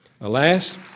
Alas